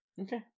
Okay